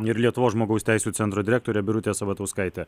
ir lietuvos žmogaus teisių centro direktorė birutė sabatauskaitė